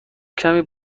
کمی